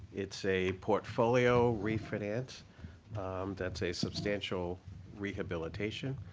it's a portfolio refinance that's a substantial rehabilitation.